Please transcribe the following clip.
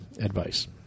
advice